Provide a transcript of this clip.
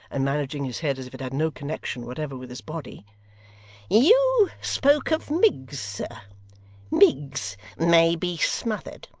and managing his head as if it had no connection whatever with his body you spoke of miggs, sir miggs may be smothered